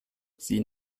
sie